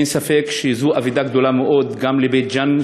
אין ספק שזו אבדה גדולה מאוד גם לבית-ג'ן,